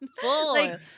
Full